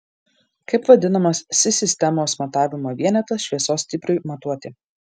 kaip vadinamas si sistemos matavimo vienetas šviesos stipriui matuoti